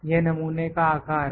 यह नमूने का आकार है